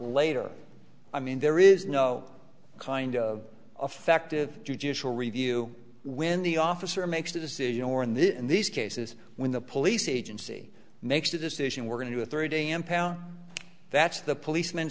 later i mean there is no kind of affective judicial review when the officer makes a decision or in this in these cases when the police agency makes a decision we're going to a three day impound that's the policem